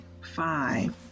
five